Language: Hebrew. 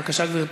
בבקשה, גברתי.